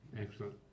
Excellent